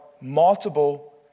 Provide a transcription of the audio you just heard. multiple